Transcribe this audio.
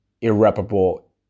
irreparable